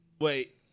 Wait